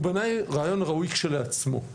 הוא בעיניי רעיון ראוי כשלעצמו,